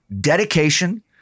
dedication